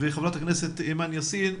וחברת הכנסת אימאן יאסין,